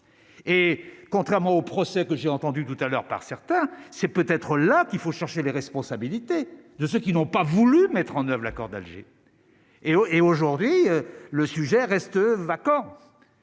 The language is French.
et contrairement au procès que j'ai entendu tout à l'heure par certains, c'est peut-être là qu'il faut chercher les responsabilités de ceux qui n'ont pas voulu mettre en oeuvre, accord d'Alger et aujourd'hui, le sujet reste vacant